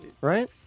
Right